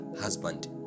husband